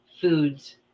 foods